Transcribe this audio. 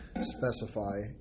specify